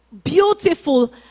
Beautiful